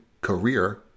Career